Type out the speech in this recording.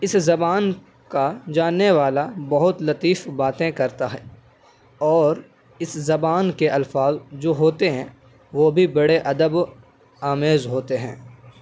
اس زبان کا جاننے والا بہت لطیف باتیں کرتا ہے اور اس زبان کے الفاظ جو ہوتے ہیں وہ بھی بڑے ادب آمیز ہوتے ہیں